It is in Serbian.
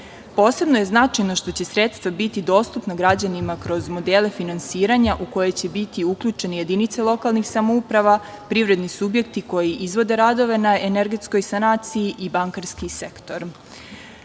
moguće. Posebno je značajno što će sredstva biti dostupna građanima kroz modele finansiranja u koje će biti uključeni jedinice lokalnih samouprava, privredni subjekti koji izvode radove na energetskoj sanaciji i bankarski